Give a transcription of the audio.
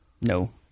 No